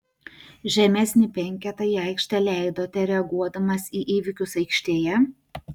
žemesnį penketą į aikštę leidote reaguodamas į įvykius aikštėje